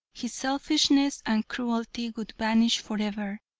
his selfishness and cruelty would vanish forever.